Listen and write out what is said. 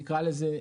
נקרא לזה,